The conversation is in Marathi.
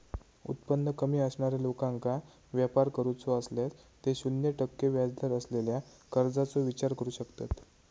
उत्पन्न कमी असणाऱ्या लोकांका व्यापार करूचो असल्यास ते शून्य टक्के व्याजदर असलेल्या कर्जाचो विचार करू शकतत